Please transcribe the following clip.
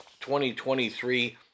2023